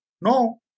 no